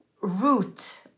root